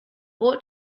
ought